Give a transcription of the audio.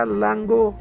lango